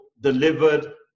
delivered